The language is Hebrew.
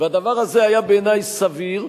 הדבר הזה היה בעיני סביר.